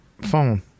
phone